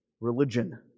religion